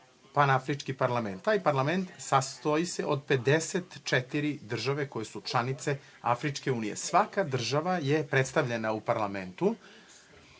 Panafrički parlament. Taj parlament sastoji se od 54 države koje su članice Afričke unije. Svaka država je predstavljena u parlamentu,